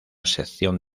sección